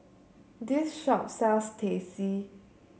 this shop sells Teh C